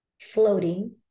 floating